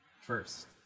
First